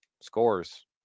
Scores